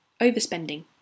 overspending